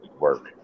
work